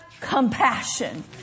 compassion